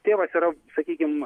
tėvas yra sakykim